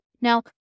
Now